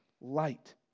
light